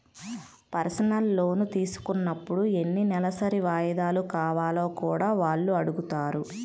personal loan తీసుకున్నప్పుడు ఎన్ని నెలసరి వాయిదాలు కావాలో కూడా వాళ్ళు అడుగుతారు